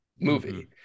movie